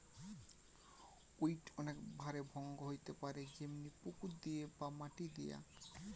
weed অনেক ভাবে ভঙ্গ হইতে পারে যেমনি পুকুর দিয়ে বা মাটি দিয়া